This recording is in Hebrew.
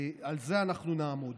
על זה אנחנו נעמוד.